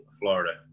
Florida